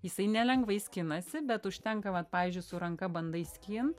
jisai nelengvai skinasi bet užtenka vat pavyzdžiui su ranka bandai skint